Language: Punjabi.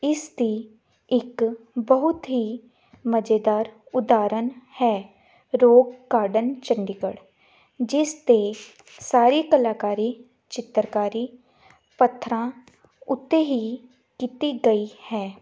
ਇਸ ਦੀ ਇੱਕ ਬਹੁਤ ਹੀ ਮਜ਼ੇਦਾਰ ਉਦਾਹਰਨ ਹੈ ਰੋਕ ਗਾਰਡਨ ਚੰਡੀਗੜ੍ਹ ਜਿਸ 'ਤੇ ਸਾਰੀ ਕਲਾਕਾਰੀ ਚਿੱਤਰਕਾਰੀ ਪੱਥਰਾਂ ਉੱਤੇ ਹੀ ਕੀਤੀ ਗਈ ਹੈ